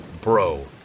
Bro